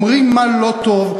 אומרים מה לא טוב,